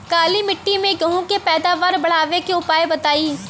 काली मिट्टी में गेहूँ के पैदावार बढ़ावे के उपाय बताई?